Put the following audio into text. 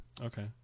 okay